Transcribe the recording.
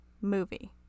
movie